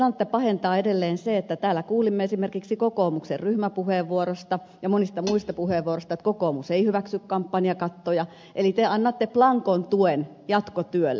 tilannetta pahentaa edelleen se että täällä kuulimme esimerkiksi kokoomuksen ryhmäpuheenvuorosta ja monista muista puheenvuoroista että kokoomus ei hyväksy kampanjakattoja eli te annatte blankon tuen jatkotyölle